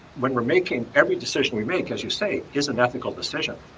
when we're making every decision we make, as you say, is an ethical decision.